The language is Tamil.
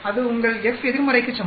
அது உங்கள் f எதிர்மறைக்குச் சமம்